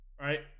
right